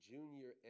Junior